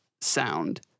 sound